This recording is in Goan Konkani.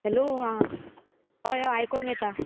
हॅलो आ हय हय आयकोंक येता